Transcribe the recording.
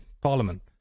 parliament